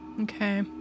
Okay